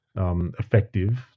Effective